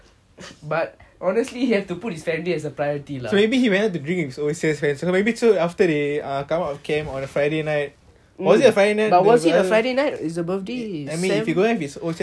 maybe he went out to drink with his O_C_S friends so you know maybe so after they come out of camp on a friday night was it a friday night I mean if he don't have his O_C_S friend then might be on a weekend or that on his book out day so maybe that's why he wants to spend time with them lor